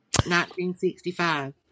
1965